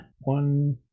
one